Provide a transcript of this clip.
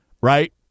right